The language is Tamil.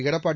எடப்பாடி